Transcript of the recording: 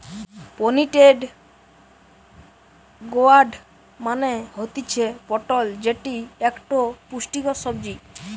pointed gourd মানে হতিছে পটল যেটি একটো পুষ্টিকর সবজি